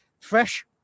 Fresh